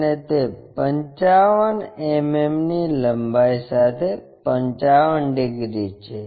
અને તે 55 mmની લંબાઈ સાથે 55 ડિગ્રી છે